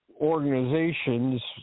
organizations